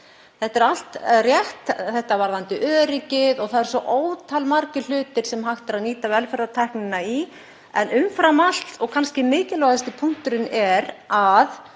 Þetta er allt rétt varðandi öryggið og það eru svo ótal margir hlutir sem hægt er að nýta velferðartækni í. En umfram allt og kannski mikilvægasti punkturinn er að